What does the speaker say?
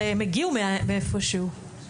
הם הרי הגיעו ממקום כלשהו.